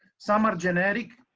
some are generic,